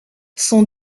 son